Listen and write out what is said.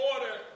order